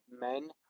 men